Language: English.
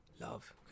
love